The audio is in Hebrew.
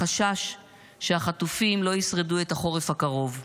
החשש הוא שהחטופים לא ישרדו את החורף הקרוב.